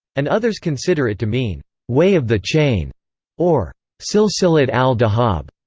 and others consider it to mean way of the chain or silsilat al-dhahab.